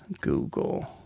Google